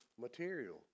material